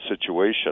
situation